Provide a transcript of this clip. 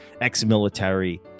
ex-military